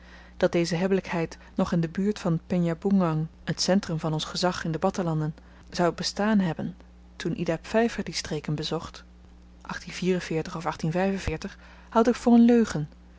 dat deze hebbelykheid nog in de buurt van penjaboengan t centrum van ons gezag in de battahlanden zou bestaan hebben tydens ida pfeifer die streken bezocht houd ik voor n leugen